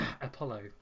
Apollo